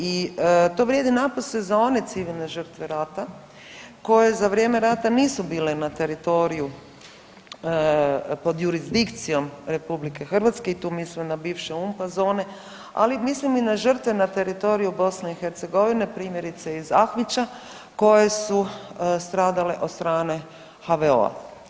I to vrijedi napose za one civilne žrtve rata koje za vrijeme rata nisu bile na teritoriju pod jurisdikcijom RH i tu mislim na bivše UNPA-zone, ali mislim i na žrtve na teritoriju BiH, primjerice iz Ahmića koje su stradale od strane HVO-a.